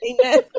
Amen